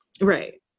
Right